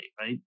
right